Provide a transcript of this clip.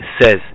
says